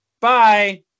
bye